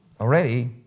Already